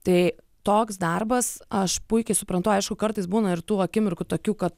tai toks darbas aš puikiai suprantu aišku kartais būna ir tų akimirkų tokių kad